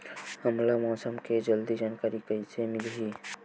हमला मौसम के जल्दी जानकारी कइसे मिलही?